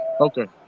Okay